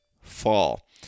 fall